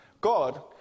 God